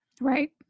Right